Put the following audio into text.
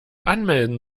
anmelden